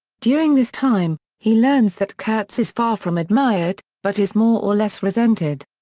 during this time, he learns that kurtz is far from admired, but is more or less resented.